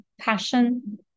passion